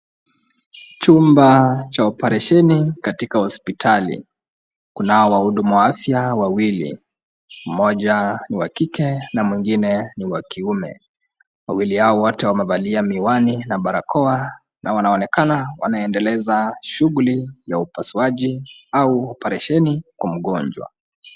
Chumba cha oparesheni katika hospitali, kunao wahudumu wa afya wawili, mmoja ni wa kike na mwengine ni wa kiume. Wawili hao wote wamevalia miwani na barakoa, na wanaonekana wanaendeleza shughuli ya upasuaji au oparesheni kwa mgonjwa.